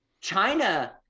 china